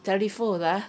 telephone ah